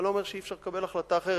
אני לא אומר שאי-אפשר לקבל החלטה אחרת,